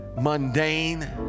mundane